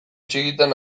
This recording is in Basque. txikitan